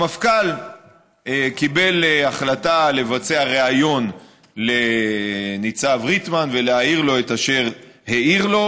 המפכ"ל קיבל החלטה לבצע ריאיון לניצב ריטמן ולהעיר לו את אשר העיר לו,